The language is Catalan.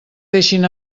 deixin